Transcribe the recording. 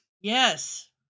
Yes